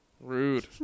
Rude